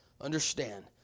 Understand